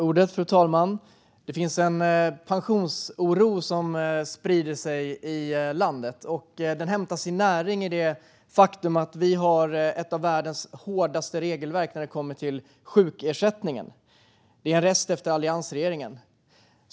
Fru talman! Det finns en pensionsoro som sprider sig i landet. Den hämtar sin näring i det faktum att Sverige har ett av världens hårdaste regelverk när det kommer till sjukersättningen. Det är en rest efter alliansregeringen.